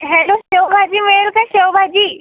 hello शेवभाजी मिळेल का शेवभाजी